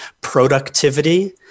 productivity